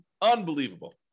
Unbelievable